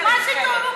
מה זה "התעוררו".